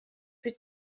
più